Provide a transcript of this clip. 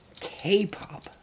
K-pop